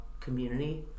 community